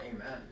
Amen